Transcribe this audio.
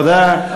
תודה,